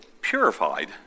purified